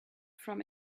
from